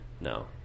No